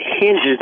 hinges